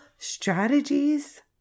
strategies